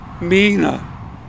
Mina